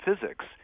physics